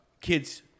kids